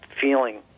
feeling